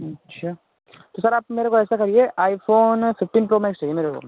अच्छा तो सर आप मेरे को ऐसा करिए आईफोन फिफ्टीन प्रो मैक्स चाहिए मेरे को